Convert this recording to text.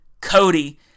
Cody